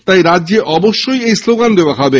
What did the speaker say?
তাই রাজ্যে অবশ্যই এই স্লোগান দেওয়া হবে